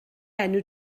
enw